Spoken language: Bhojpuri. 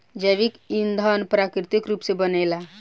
जैविक ईधन प्राकृतिक रूप से बनेला